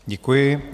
Děkuji.